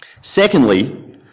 Secondly